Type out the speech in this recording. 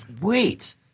Wait